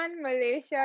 Malaysia